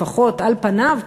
לפחות על פניו,